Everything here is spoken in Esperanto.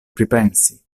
pripensi